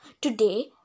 today